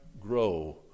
grow